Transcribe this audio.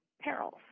perils